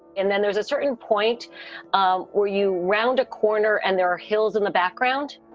and then there's a certain point um or you round a corner and there are hills in the background.